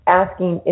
asking